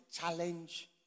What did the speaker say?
challenge